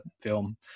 film